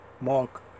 Mark